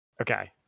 Okay